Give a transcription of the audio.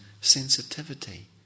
sensitivity